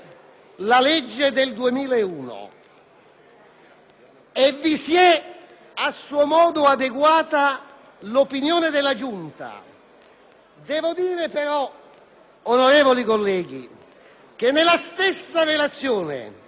e vi si è a suo modo adeguata l'opinione della Giunta. Devo dire però, onorevoli colleghi, che nella stessa relazione dei senatori Augello e Li Gotti,